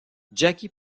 jackie